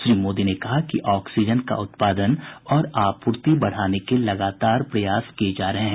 श्री मोदी ने कहा कि ऑक्सीजन का उत्पादन और आपूर्ति बढ़ाने के लगातार प्रयास किए जा रहे हैं